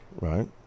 Right